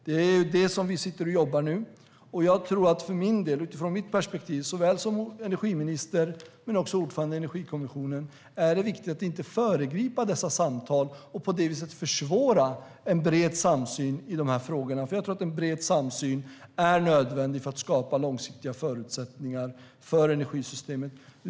Det är detta vi sitter och jobbar med nu. Utifrån mitt perspektiv, som energiminister såväl som ordförande i Energikommissionen, är det viktigt att inte föregripa samtalen och på det viset försvåra en bred samsyn i dessa frågor, för jag tror att en bred samsyn är nödvändig för att skapa långsiktiga förutsättningar för energisystemet.